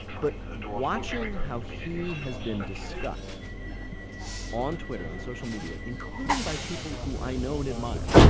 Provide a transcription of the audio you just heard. but watching how he has been discussed on twitter, on social media, including by people who i know and admire,